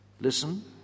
Listen